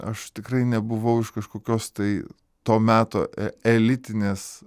aš tikrai nebuvau iš kažkokios tai to meto e elitinės